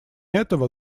этого